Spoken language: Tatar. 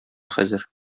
хәзер